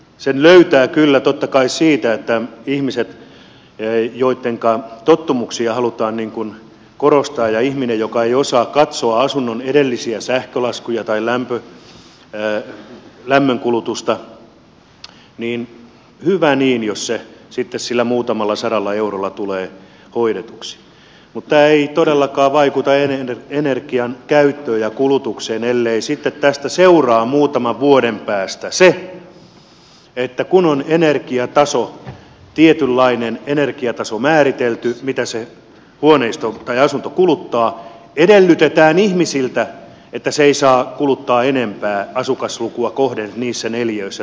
sen löytää kyllä totta kai siitä että kun on ihmisiä joittenka tottumuksia halutaan korostaa ja ihmisiä jotka eivät osaa katsoa asunnon edellisiä sähkölaskuja tai lämmönkulutusta niin hyvä niin jos se sitten sillä muutamalla sadalla eurolla tulee hoidetuksi mutta tämä ei todellakaan vaikuta energian käyttöön ja kulutukseen ellei sitten tästä seuraa muutaman vuoden päästä se että kun on tietynlainen energiataso määritelty mitä se huoneisto tai asunto kuluttaa edellytetään ihmisiltä että se ei saa kuluttaa enempää asukaslukua kohden niissä neliöissä